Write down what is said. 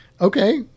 Okay